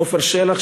עפר שלח,